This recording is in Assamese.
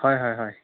হয় হয় হয়